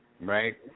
right